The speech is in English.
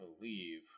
believe